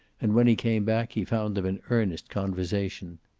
and when he came back he found them in earnest conversation.